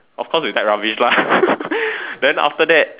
of course we type rubbish lah then after that